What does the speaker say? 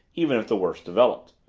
even if the worst developed.